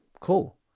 Cool